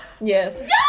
Yes